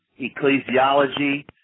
ecclesiology